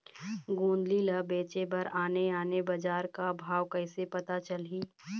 गोंदली ला बेचे बर आने आने बजार का भाव कइसे पता चलही?